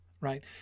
right